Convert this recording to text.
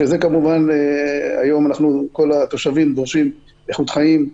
כמובן היום כל התושבים דורשים איכות חיים.